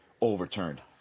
overturned